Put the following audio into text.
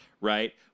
right